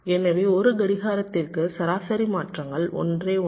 எனவே ஒரு கடிகாரத்திற்கு சராசரி மாற்றங்கள் ஒன்றே ஒன்று